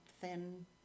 thin